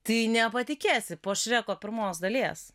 tai nepatikėsi po šreko pirmos dalies